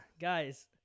guys